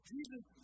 Jesus